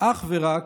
אך ורק,